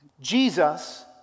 Jesus